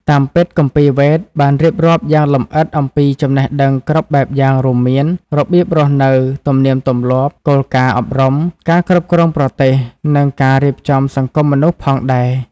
តាមពិត គម្ពីរ វេទ បានរៀបរាប់យ៉ាងលម្អិតអំពី ចំណេះដឹងគ្រប់បែបយ៉ាងរួមមាន របៀបរស់នៅ ទំនៀមទម្លាប់ គោលការណ៍អប់រំ ការគ្រប់គ្រងប្រទេស និងការរៀបចំសង្គមមនុស្ស ផងដែរ។